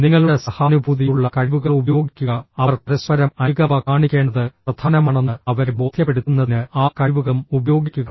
നിങ്ങളുടെ സഹാനുഭൂതിയുള്ള കഴിവുകൾ ഉപയോഗിക്കുക അവർ പരസ്പരം അനുകമ്പ കാണിക്കേണ്ടത് പ്രധാനമാണെന്ന് അവരെ ബോധ്യപ്പെടുത്തുന്നതിന് ആ കഴിവുകളും ഉപയോഗിക്കുക